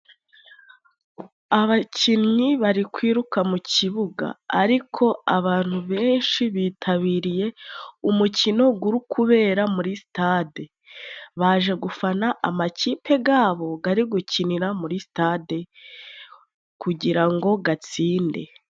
Abakinnyi bari kwiruka mu kibuga. Ariko abantu benshi bitabiriye umukino gwuri kubera muri sitade. Baje gufana amakipe gabo gari gukinira muri stade, kugira ngo gatsinde.